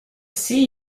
see